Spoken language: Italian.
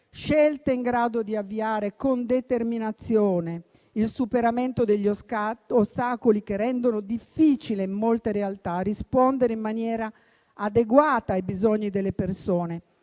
scelte in grado di avviare con determinazione il superamento degli ostacoli che rendono difficile, in molte realtà, rispondere in maniera adeguata ai bisogni delle persone,